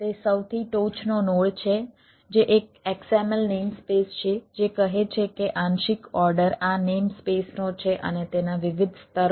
તે સૌથી ટોચનો નોડ કરીએ છીએ બરાબર